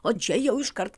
o čia jau iškart